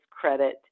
credit